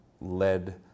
led